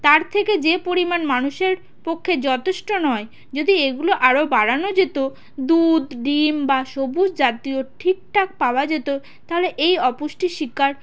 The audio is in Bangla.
তার থেকে যে পরিমাণ মানুষের পক্ষে যথেষ্ট নয় যদি এগুলো আরও বাড়ানো যেত দুধ ডিম বা সবুজ জাতীয় ঠিকঠাক পাওয়া যেত তাহলে এই অপুষ্টির শিকার